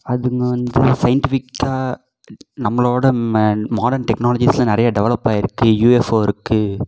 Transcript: அதுங்க வந்து சையின்டிஃபிக்காக நம்மளோடய ம மாடர்ன் டெக்னாலஜிஸில் நிறைய டெவலப்பாகிற்கு யூஎஃபோர் இருக்குது